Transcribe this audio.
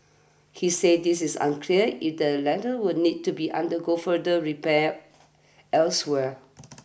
he said this is unclear if the latter will need to undergo further repairs elsewhere